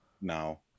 now